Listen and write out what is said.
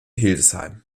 hildesheim